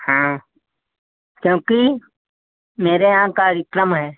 हाँ क्योंकि मेरे यहाँ कार्यक्रम है